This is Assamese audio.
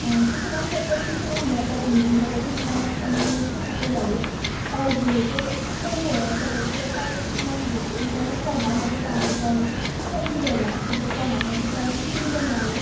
কিছুমান ক্ষেত্ৰত কিছুমান মতত মিল থাকে কিছুমানত অমিল থাকে বাৰু তাই যিহেতু সৰু হৈ আছে গতিকে তাইৰ কিছুমান বস্তু যেনে পঢ়াৰ মাজতে আহি কয় খেলোঁ ব'লা কিন্তু পঢ়াৰ মাজততো আৰু মই খেলিব নোৱাৰোঁ